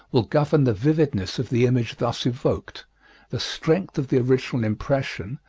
will govern the vividness of the image thus evoked the strength of the original impression,